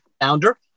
founder